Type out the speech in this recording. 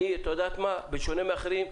בשונה מאחרים,